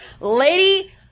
Lady